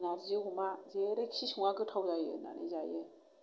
नारजि अमा जेरैखि सङा गोथाव जायो होननानै जायो